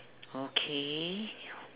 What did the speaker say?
okay